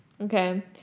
Okay